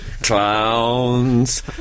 Clowns